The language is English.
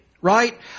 right